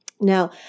now